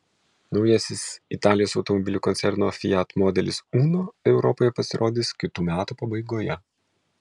naujasis italijos automobilių koncerno fiat modelis uno europoje pasirodys kitų metų pabaigoje